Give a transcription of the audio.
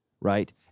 right